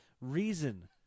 reason